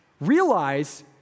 Realize